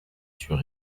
sur